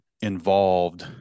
involved